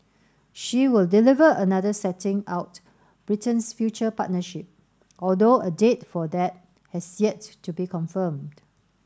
she will deliver another setting out Britain's future partnership although a date for that has yet to be confirmed